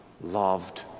loved